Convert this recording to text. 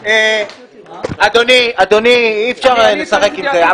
אי אפשר לשחק עם זה.